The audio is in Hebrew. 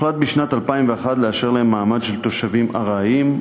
הוחלט בשנת 2001 לאשר להם מעמד של תושבים ארעיים,